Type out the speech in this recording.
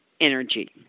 energy